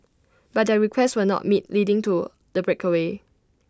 but their requests were not met leading to the breakaway